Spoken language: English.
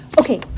Okay